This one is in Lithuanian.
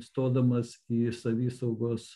stodamas į savisaugos